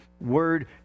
word